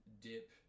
dip